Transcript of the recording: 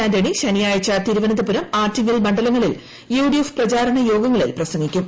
ആന്റണി ശനിയാഴ്ച തിരുവനന്തപുരം ആറ്റിങ്ങൽ മണ്ഡലങ്ങളിൽ യുഡിഎഫ് പ്രചാരണ യോഗങ്ങളിൽ പ്രസംഗിക്കും